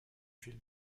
ville